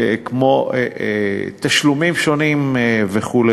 כמו תשלומים שונים וכו'.